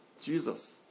Jesus